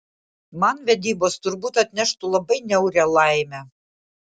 man vedybos turbūt atneštų labai niaurią laimę